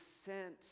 sent